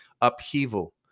Upheaval